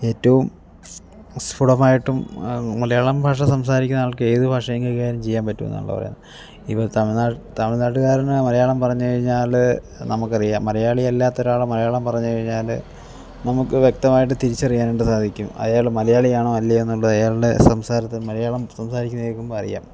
ഏറ്റവും സ്ഫുടമായിട്ടും മലയാളം ഭാഷ സംസാരിക്കുന്ന ആൾക്ക് ഏത് ഭാഷയും കൈകാര്യം ചെയ്യാൻ പറ്റുമെന്നാണല്ലോ പറയുന്നത് ഇപ്പം തമിഴ്നാട് തമിഴ്നാട്ടുകാരൻ ആ മലയാളം പറഞ്ഞ് കഴിഞ്ഞാല് നമുക്കറിയാം മലയാളി അല്ലാത്തൊരാള് മലയാളം പറഞ്ഞ് കഴിഞ്ഞാല് നമുക്ക് വ്യക്തമായിട്ട് തിരിച്ചറിയാനായിട്ട് സാധിക്കും അയാള് മലയാളിയാണോ അല്ലയോ എന്നുള്ളത് അയാളുടെ സംസാരത്തിൽ നിന്ന് മലയാളം സംസാരിക്കുന്നത് കേൾക്കുമ്പോൾ അറിയാം